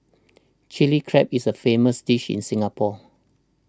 Chilli Crab is a famous dish in Singapore